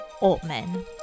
Altman